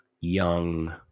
young